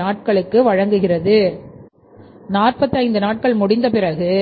நாட்களுக்கு வழங்குகிறது 45 நாட்கள் முடிந்த பிறகு